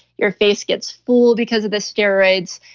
your face gets full because of the steroids.